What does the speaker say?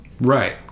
right